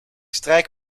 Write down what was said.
strijk